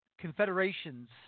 confederations